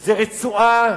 הם רצועה